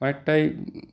অনেকটাই